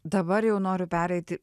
dabar jau noriu pereiti